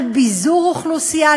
על ביזור אוכלוסייה.